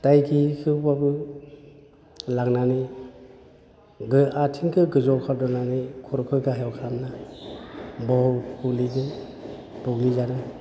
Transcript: दाय गैयैखौबाबो लांनानै आथिंखौ गोजौवाव खागदावनानै खर'खौ गाहायाव खालामनानै गोबां बुग्लिदों बुग्लिजादों